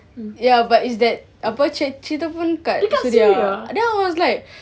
dekat suria